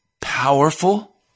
powerful